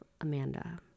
Amanda